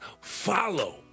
follow